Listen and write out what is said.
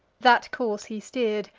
that course he steer'd,